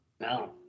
No